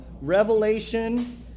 Revelation